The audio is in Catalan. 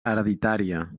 hereditària